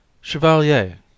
chevalier